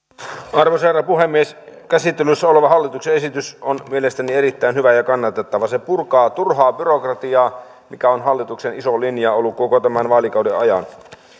arvoisa herra puhemies käsittelyssä oleva hallituksen esitys on mielestäni erittäin hyvä ja kannatettava se purkaa turhaa byrokratiaa mikä on hallituksen iso linja ollut koko tämän vaalikauden ajan